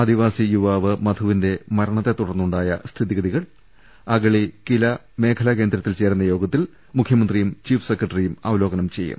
ആദി വാസി യുവാവ് മധുവിന്റെ മരണത്തെത്തുടർന്നുണ്ടായ സ്ഥിതിഗതികൾ അഗളി കില മേഖലാ കേന്ദ്രത്തിൽ ചേരുന്ന യോഗത്തിൽ മുഖ്യമന്ത്രിയും ചീഫ് സെക്രട്ടറിയും അവലോകനം ചെയ്യും